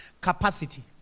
capacity